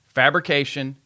fabrication